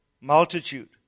Multitude